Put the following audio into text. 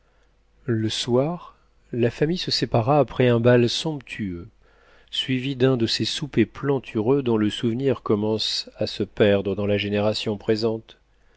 le soir la famille se sépara après un bal somptueux suivi d'un de ces soupers plantureux dont le souvenir commence à se perdre dans la génération présente